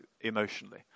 emotionally